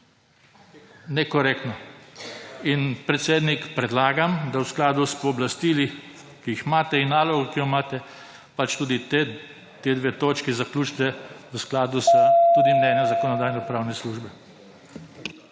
Nekorektno. In, predsednik, predlagam, da v skladu s pooblastili, ki jih imate, in nalogo, ki jo imate, pač tudi te dve točki zaključite v skladu s / znak za konec razprave/ tudi